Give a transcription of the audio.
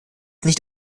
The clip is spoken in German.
nicht